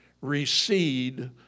recede